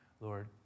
Lord